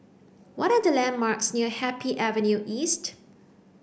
what are the landmarks near Happy Avenue East